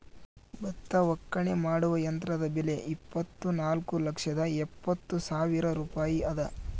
ಭತ್ತ ಒಕ್ಕಣೆ ಮಾಡುವ ಯಂತ್ರದ ಬೆಲೆ ಇಪ್ಪತ್ತುನಾಲ್ಕು ಲಕ್ಷದ ಎಪ್ಪತ್ತು ಸಾವಿರ ರೂಪಾಯಿ ಅದ